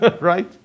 right